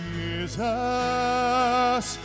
Jesus